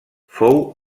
fou